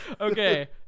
Okay